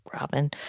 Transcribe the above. Robin